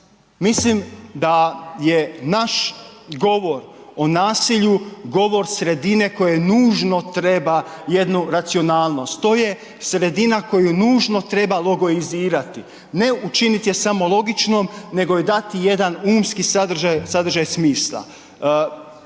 Mislim da je naš govor o nasilju govor sredine koje nužno treba jednu racionalnost, to je sredina koju nužno treba logoizirati, ne učinit je samo logičnom nego joj dati jedan umski sadržaj, sadržaj